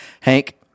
Hank